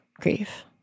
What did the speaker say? grief